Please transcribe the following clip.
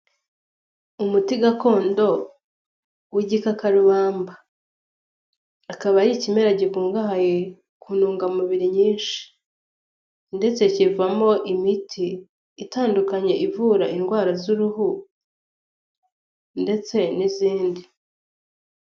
Umuti gakondo, w'igikakarubamba, akaba ari ikimera gikungahaye, ku ntungamubiri nyinshi, ndetse kivamo imiti, itandukanye ivura indwara z'uruhu ndetse n'izindi.